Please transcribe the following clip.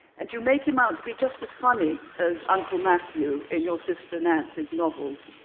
and you make him out to be just as funny as uncle matthew in your sister nancy's novels.